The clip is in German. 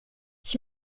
ich